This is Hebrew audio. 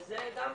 וזה גם בעיה.